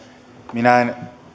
minä en